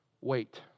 Wait